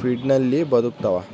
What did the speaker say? ಫೀಡ್ನಲ್ಲಿ ಬದುಕ್ತವ